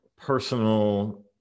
personal